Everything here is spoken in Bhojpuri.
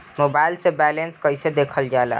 मोबाइल से बैलेंस कइसे देखल जाला?